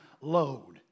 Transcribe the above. load